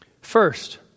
First